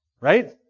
Right